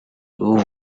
w’u